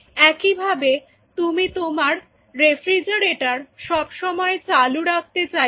একইভাবে তুমি তোমার রেফ্রিজারেটর সব সময় চালু রাখতে চাইবে